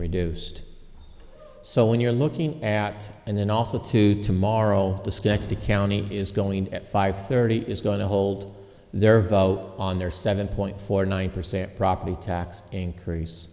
reduced so when you're looking at and then also to tomorrow disconnect the county is going at five thirty is going to hold their vote on their seven point four nine percent property tax increase